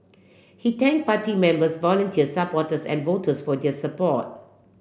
he thank party members volunteer supporters and voters for their support